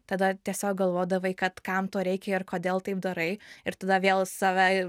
tada tiesiog galvodavai kad kam to reikia ir kodėl tai darai ir tada vėl save